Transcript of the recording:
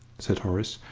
said horace,